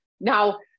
Now